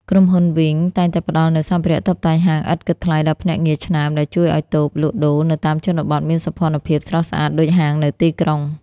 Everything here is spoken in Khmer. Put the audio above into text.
ក្រុមហ៊ុន វីង (Wing) តែងតែផ្ដល់នូវសម្ភារៈតុបតែងហាងឥតគិតថ្លៃដល់ភ្នាក់ងារឆ្នើម ដែលជួយឱ្យតូបលក់ដូរនៅតាមជនបទមានសោភ័ណភាពស្រស់ស្អាតដូចហាងនៅទីក្រុង។